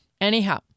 Anyhow